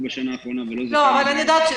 בשנה האחרונה ולא זכאים --- אני יודעת.